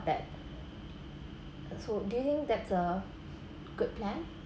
that so do you think that's a good plan